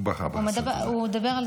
הוא בחר לעשות את זה.